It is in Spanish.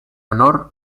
honor